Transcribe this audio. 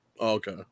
Okay